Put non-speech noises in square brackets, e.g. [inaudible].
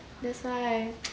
that's why [noise]